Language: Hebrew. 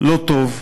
לא טוב.